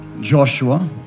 Joshua